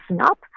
up